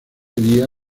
día